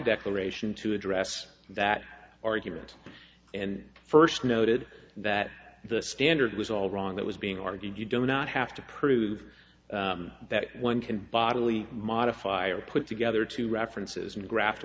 declaration to address that argument and first noted that the standard was all wrong that was being argued you do not have to prove that one can bodily modify or put together two references and graft